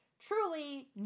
Truly